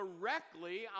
directly